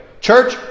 Church